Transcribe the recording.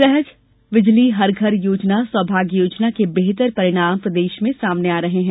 सहज बिजली हर घर योजना सौभाग्य योजना के बेहतर परिणाम सामने आ रहे हैं